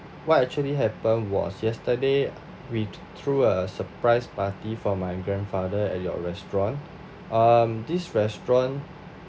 what actually happen was yesterday we threw a surprise party for my grandfather at your restaurant um this restaurant